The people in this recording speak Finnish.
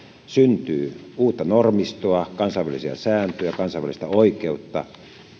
syntyy uutta normistoa kansainvälisiä sääntöjä kansainvälistä oikeutta